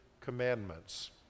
commandments